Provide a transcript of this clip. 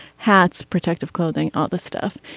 hats protective clothing all the stuff.